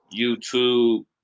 YouTube